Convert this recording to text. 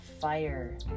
fire